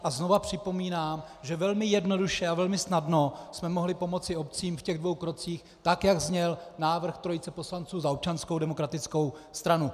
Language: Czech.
A znovu připomínám, že velmi jednoduše a velmi snadno jsme mohli pomoci obcím v těch dvou krocích tak, jak zněl návrh trojice poslanců za Občanskou demokratickou stranu.